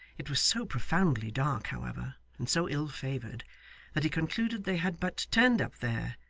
it was so profoundly dark, however, and so ill-favoured, that he concluded they had but turned up there,